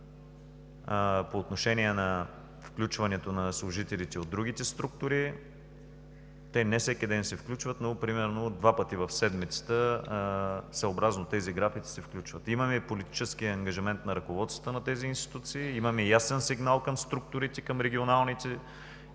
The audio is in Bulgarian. по отношение на включването на служителите от другите структури. Те не всеки ден се включват, но примерно два пъти в седмицата съобразно тези графици се включват. Имаме политическия ангажимент на ръководствата на тези институции, имаме ясен сигнал към регионалните структури